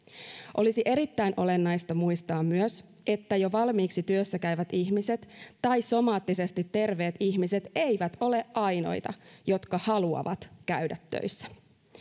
olisi erittäin olennaista muistaa myös että jo valmiiksi työssä käyvät ihmiset tai somaattisesti terveet ihmiset eivät ole ainoita jotka haluavat käydä töissä